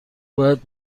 باید